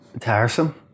tiresome